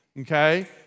okay